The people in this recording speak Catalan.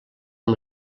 amb